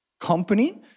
company